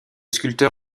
sculpteur